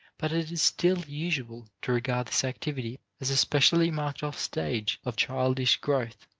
but it is still usual to regard this activity as a specially marked-off stage of childish growth,